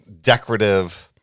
decorative